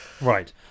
right